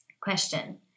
Question